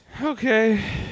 Okay